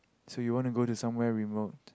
so you want to go to somewhere remote